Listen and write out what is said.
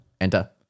Enter